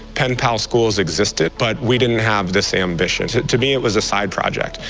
penpals schools existed, but we didn't have this ambition. to me, it was a side project.